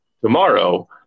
tomorrow